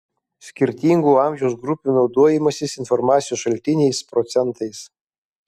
skirtingų amžiaus grupių naudojimasis informacijos šaltiniais procentais